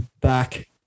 back